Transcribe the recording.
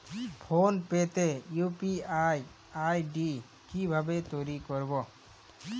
Phone pay তে UPI ID কি ভাবে তৈরি করবো?